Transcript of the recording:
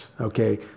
okay